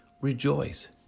rejoice